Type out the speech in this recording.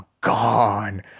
gone